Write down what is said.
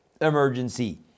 emergency